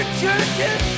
churches